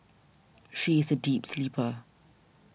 she is a deep sleeper